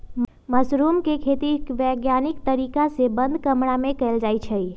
mushroom के खेती वैज्ञानिक तरीका से बंद कमरा में कएल जाई छई